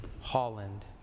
Holland